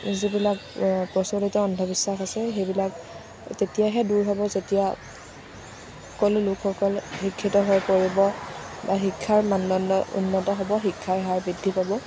যিবিলাক প্ৰচলিত অন্ধবিশ্বাস আছে সেইবিলাক তেতিয়াহে দূৰ হ'ব যেতিয়া সকলো লোকসকল শিক্ষিত হৈ পৰিব বা শিক্ষাৰ মানদণ্ড উন্নত হ'ব শিক্ষাৰ হাৰ বৃদ্ধি পাব